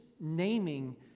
naming